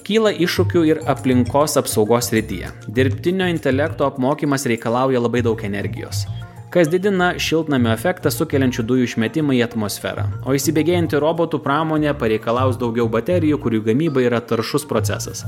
kyla iššūkių ir aplinkos apsaugos srityje dirbtinio intelekto apmokymas reikalauja labai daug energijos kas didina šiltnamio efektą sukeliančių dujų išmetimą į atmosferą o įsibėgėjanti robotų pramonė pareikalaus daugiau baterijų kurių gamyba yra taršus procesas